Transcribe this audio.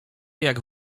jak